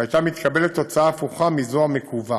והייתה מתקבלת תוצאה הפוכה מזו המקווה,